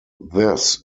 this